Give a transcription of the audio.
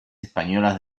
españolas